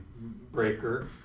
breaker